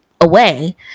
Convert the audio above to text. away